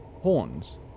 horns